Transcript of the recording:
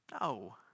No